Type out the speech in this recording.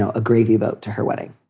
a gravy about to her wedding